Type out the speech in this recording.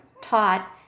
taught